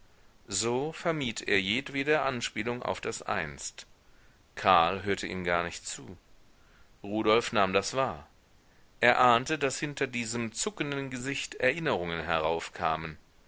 so vermied er jedwede anspielung auf das einst karl hörte ihm gar nicht zu rudolf nahm das wahr er ahnte daß hinter diesem zuckenden gesicht erinnerungen heraufkamen